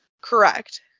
Correct